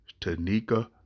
Tanika